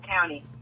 County